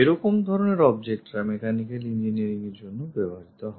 এরকম ধরনের objectরা মেকানিক্যাল ইঞ্জিনিয়ারিংএর জন্য ব্যবহৃত হয়